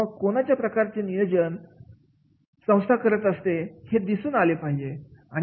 मग कोणत्या प्रकारचे नियोजन संस्था करत आहे हे दिसून आले पाहिजे